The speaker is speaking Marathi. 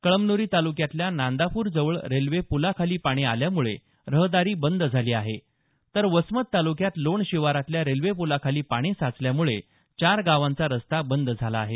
कळमनुरी तालुक्यातल्या नांदापूरजवळ रेल्वे पुलाखाली पाणी आल्यामुळे रहदारी बंद झाली आहे तर वसमत तालुक्यात लोण शिवारातल्या रेल्वे पुलाखाली पाणी साचल्यामुळे चार गावांचा रस्ता बंद झाला आहे